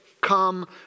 come